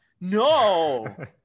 no